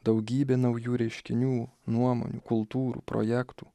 daugybė naujų reiškinių nuomonių kultūrų projektų